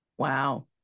Wow